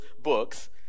books